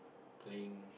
playing